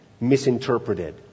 misinterpreted